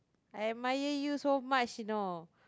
I admire you so much you know